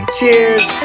Cheers